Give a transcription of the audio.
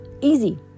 Easy